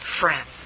friend